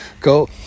go